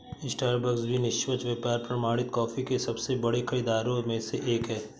Starbucks भी निष्पक्ष व्यापार प्रमाणित कॉफी के सबसे बड़े खरीदारों में से एक है